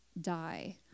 die